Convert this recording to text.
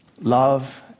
love